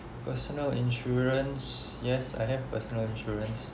personal insurance yes I have personal insurance